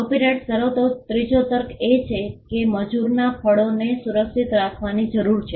copyrights ધરાવતો ત્રીજો તર્ક એ છે કે મજૂરનાં ફળોને સુરક્ષિત રાખવાની જરૂર છે